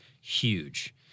huge